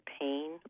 pain